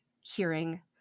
hearing